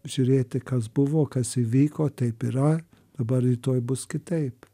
žiūrėti kas buvo kas įvyko taip yra dabar rytoj bus kitaip